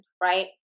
right